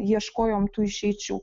ieškojom tų išeičių